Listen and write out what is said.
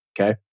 Okay